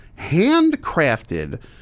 handcrafted